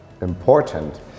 important